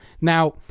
Now